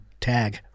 Tag